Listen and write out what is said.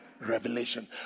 revelation